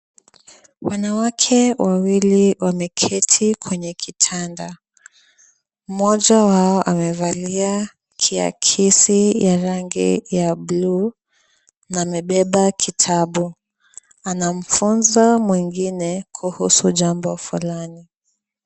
Wanawake wawili wameketi kwenye kitanda. Mmoja wao amevalia kiakisi ya rangi ya blue na amebeba kitabu. Anamfunza mwingine kuhusu jambo fulani.